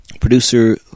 Producer